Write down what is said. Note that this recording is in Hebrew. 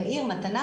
לעיר מתנה,